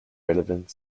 relevant